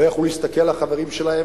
לא יכלו להסתכל לחברים שלהם,